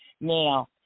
Now